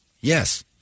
yes